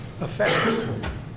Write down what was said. Effects